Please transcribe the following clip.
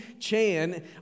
Chan